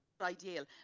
ideal